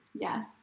yes